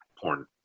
porn